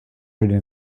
rating